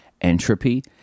entropy